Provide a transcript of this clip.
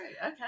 Okay